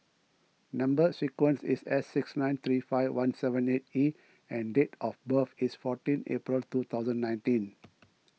Number Sequence is S six nine three five one seven eight E and date of birth is fourteen April two thousand nineteen